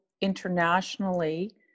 internationally